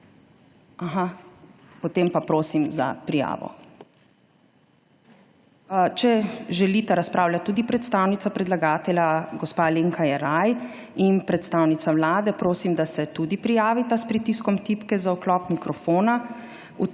Aha, potem pa prosim za prijavo. Če želita razpravljati tudi predstavnica predlagatelja gospa Alenka Jeraj in predstavnica Vlade, prosim, da se tudi prijavita s pritiskom tipke za vklop mikrofona.